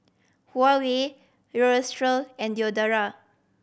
Huawei Aerosole and Diadora